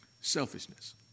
Selfishness